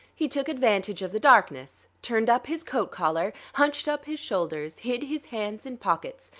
he took advantage of the darkness, turned up his coat collar, hunched up his shoulders, hid his hands in pockets,